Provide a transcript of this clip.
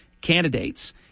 candidates